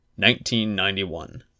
1991